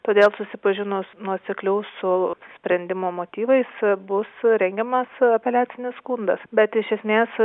todėl susipažinus nuosekliau su sprendimo motyvais bus rengiamas apeliacinis skundas bet iš esmės